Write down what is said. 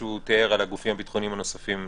שהוא תיאר על הגופים הביטחוניים הנוספים אצלו.